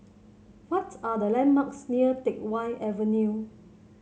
what are the landmarks near Teck Whye Avenue